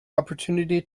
opportunity